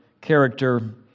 character